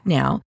now